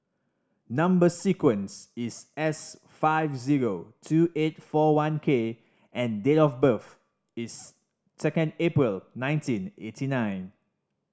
number sequence is S seven five zero two eight four one K and date of birth is second April nineteen eighty nine